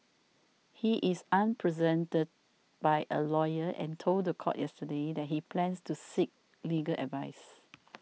he is unrepresented by a lawyer and told the court yesterday that he plans to seek legal advice